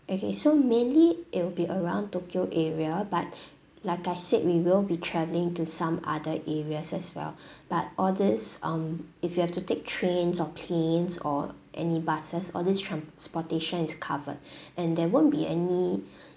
okay so mainly it'll be around tokyo area but like I said we will be travelling to some other areas as well but all this um if you have to take trains or planes or any buses all this transportation is covered and there won't be any